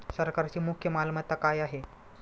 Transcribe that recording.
सरकारची मुख्य मालमत्ता काय आहे?